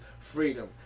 Freedom